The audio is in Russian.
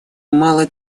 мало